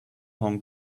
hong